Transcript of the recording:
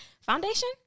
foundation